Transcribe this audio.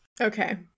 Okay